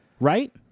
Right